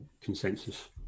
consensus